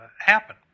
happen